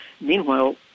Meanwhile